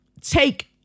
take